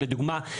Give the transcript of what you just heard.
לדוגמה,